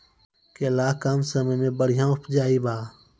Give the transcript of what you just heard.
करेला कम समय मे बढ़िया उपजाई बा?